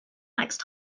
next